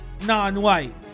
non-white